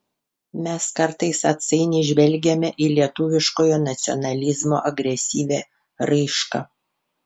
mes kartais atsainiai žvelgiame į lietuviškojo nacionalizmo agresyvią raišką